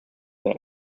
that